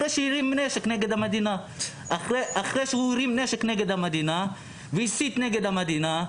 אחרי שהרים נשק נגד המדינה והסית נגד המדינה,